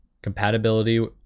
compatibility